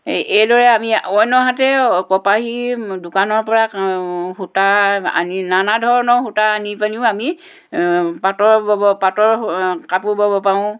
এই এইদৰে আমি অন্য হাতেও কপাহী দোকানৰ পৰা সূতা আনি নানা ধৰণৰ সূতা আনি পানিও আমি পাটৰ পাটৰ কাপোৰ ব'ব পাৰোঁ